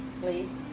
Please